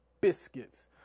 biscuits